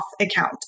account